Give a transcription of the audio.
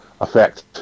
effect